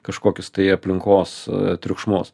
kažkokius tai aplinkos triukšmus